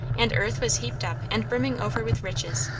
and earth was heaped up and brimming over with riches.